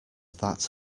that